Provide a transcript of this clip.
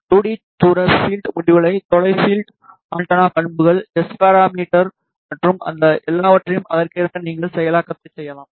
2D தூர field முடிவுகள் தொலை பீல்ட் ஆண்டெனா பண்புகள் எஸ் பாராமிடர் மற்றும் அந்த எல்லாவற்றையும் அதற்கேற்ப நீங்கள் செயலாக்கத்தை செய்யலாம்